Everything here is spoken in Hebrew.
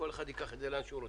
כל אחד ייקח את זה לאן שהוא רוצה.